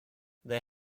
they